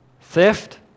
theft